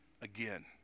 Again